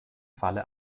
falle